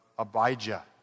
Abijah